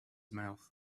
mouth